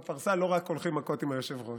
בפרסה לא רק הולכים מכות עם היושב-ראש,